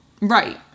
Right